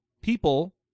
people